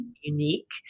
unique